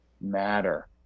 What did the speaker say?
matter